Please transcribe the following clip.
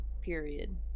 Period